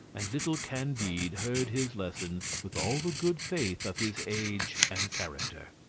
and little candide heard his lessons with all the good faith of his age and character.